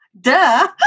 duh